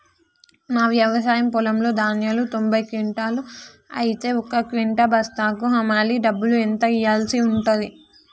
నా వ్యవసాయ పొలంలో ధాన్యాలు తొంభై క్వింటాలు అయితే ఒక క్వింటా బస్తాకు హమాలీ డబ్బులు ఎంత ఇయ్యాల్సి ఉంటది?